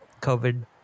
COVID